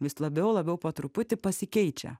vis labiau labiau po truputį pasikeičia